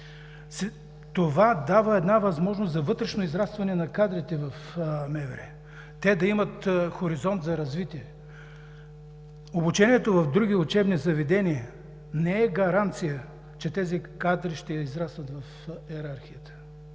това дава възможност за вътрешно израстване на кадрите в МВР, те да имат хоризонт за развитие. Обучението в други учебни заведения не е гаранция, че тези кадри ще израснат в йерархията.